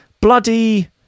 bloody